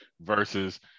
Versus